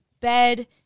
bed